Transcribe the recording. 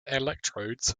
electrodes